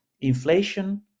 Inflation